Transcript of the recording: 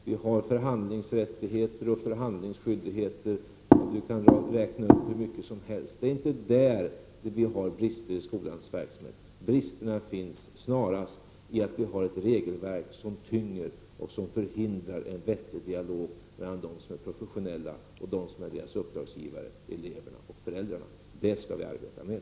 Vi har förhandlingsrättigheter och förhandlingsskyldigheter; man kan räkna upp hur mycket som helst. Det är inte på den punkten det brister i skolans verksamhet. Bristerna ligger snarare i det regelverk som tynger och som förhindrar en vettig dialog mellan dem som är professionella och dem som är deras uppdragsgivare, eleverna och föräldrarna. Det problemet skall vi arbeta med.